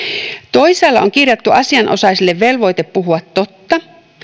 toisaalla on kirjattu asianosaisille velvoite puhua totta